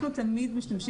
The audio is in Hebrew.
אנחנו תמיד משתמשים,